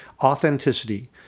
authenticity